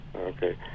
Okay